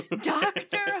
Doctor